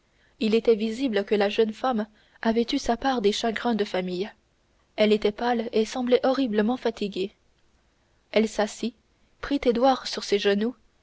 il était visible que la jeune femme avait eu sa part des chagrins de famille elle était pâle et semblait horriblement fatiguée elle s'assit prit édouard sur ses genoux